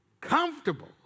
Comfortable